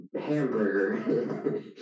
hamburger